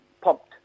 pumped